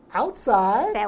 outside